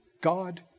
God